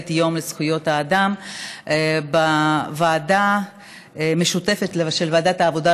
יום זכויות האדם בוועדה המשותפת של ועדת העבודה,